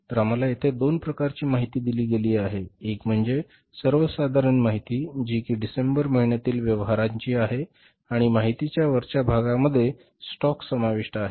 तर आम्हाला येथे दोन प्रकारची माहिती दिली गेली आहे एक म्हणजे सर्वसाधारण माहिती जी की डिसेंबर महिन्यातील व्यवहारांची आहे आणि माहितीच्या वरच्या भागामध्ये स्टॉक समाविष्ट आहे